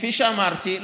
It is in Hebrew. כפי שאמרתי,